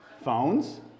phones